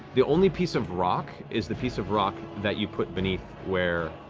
the only piece of rock is the piece of rock that you put beneath where